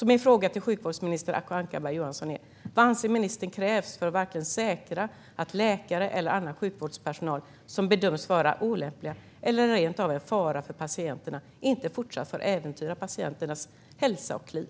Min fråga till sjukvårdsminister Acko Ankarberg Johansson är: Vad anser ministern krävs för att verkligen säkra att läkare eller annan sjukvårdspersonal som bedöms vara olämpliga eller rent av en fara för patienterna inte fortsatt får äventyra patienternas hälsa och liv?